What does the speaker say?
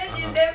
(uh huh)